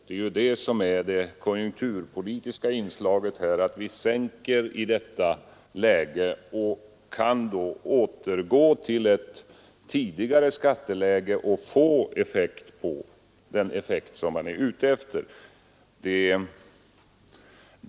Det konjunkturpolitiska inslaget är att vi sänker i detta läge och sedan kan återgå till ett tidigare skatteläge och få den effekt som vi är ute efter.